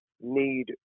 need